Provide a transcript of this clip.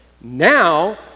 Now